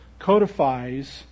codifies